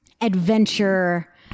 adventure